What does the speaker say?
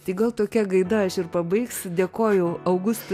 tai gal tokia gaida aš ir pabaigsiu dėkojo augustui